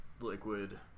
liquid